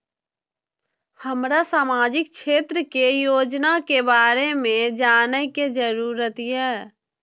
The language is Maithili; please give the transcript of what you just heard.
हमरा सामाजिक क्षेत्र के योजना के बारे में जानय के जरुरत ये?